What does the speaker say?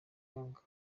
yanga